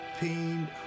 pain